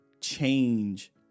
change